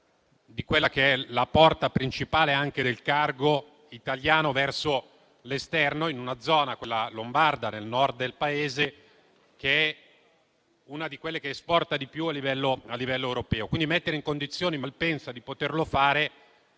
che quella è la porta principale anche del cargo italiano verso l'esterno, in una zona, quella lombarda, nel Nord del Paese, che è una di quelle che esportano di più a livello europeo. Mettere in condizioni Malpensa di poterlo fare,